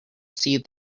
see